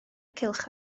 cylch